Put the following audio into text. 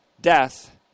death